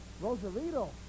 Rosarito